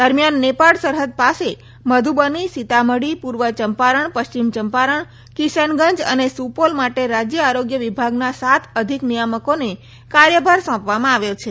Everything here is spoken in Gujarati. દરમ્યાન નેપાળ સરહદ પાસે મધુબની સીતામઢી પૂર્વ ચંપારણ પશ્ચિમ ચંપારણ કિશનગંજ અને સુપોલ માટે રાજ્ય આરોગ્ય વિભાગના સાત અધિક નિયામકોને કાર્યભાર સોંપવામાં આવ્યો છે